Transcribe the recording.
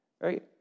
right